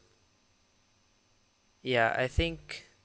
ya I think